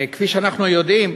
כפי שאנחנו יודעים,